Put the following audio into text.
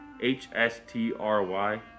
H-S-T-R-Y